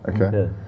Okay